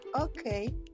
okay